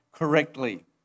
correctly